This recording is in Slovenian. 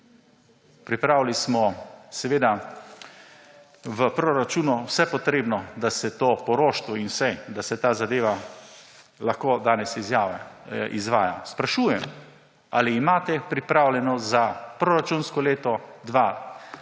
Pripravili smo v proračunu vse potrebno, da se to poroštvo, in vse, da se ta zadeva lahko danes izvaja. Sprašujem, ali imate pripravljeno za proračunsko leto 2022 ali